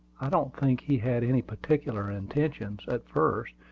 i don't think he had any particular intentions, at first,